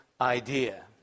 idea